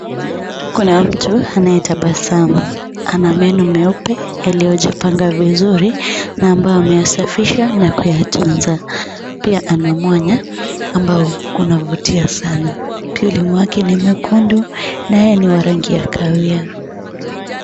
Kuna mti anatabasamu ana meno mweupe iliojipanga vizuri na ambayo ameyasafisha na kuyatunza pia ana mwanya unaofutia Sana . Ulimi wake mwekundu na yeye ni rangi ya kahawia.